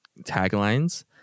taglines